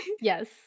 Yes